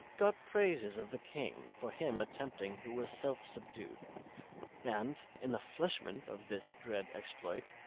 got praises of the king for him attempting who was self-subdu'd and, in the fleshment of this dread exploit,